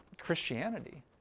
Christianity